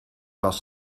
was